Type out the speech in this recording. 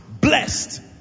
Blessed